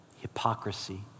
hypocrisy